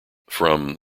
from